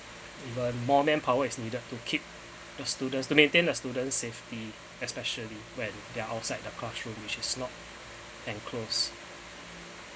even more manpower is needed to keep the students to maintain the student safety especially when they're outside the classroom which is not enclosed